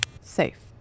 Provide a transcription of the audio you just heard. Safe